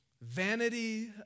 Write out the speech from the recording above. Vanity